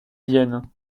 vienne